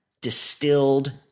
distilled